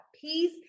peace